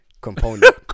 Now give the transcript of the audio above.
component